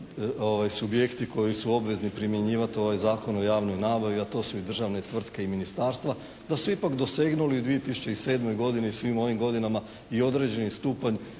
subjekti koji su obvezni primjenjivati ovaj Zakon o javnoj nabavi, a to su i državne tvrtke i ministarstva da su ipak dosegnuli u 2007. godini, svim ovim godinama i određeni stupanj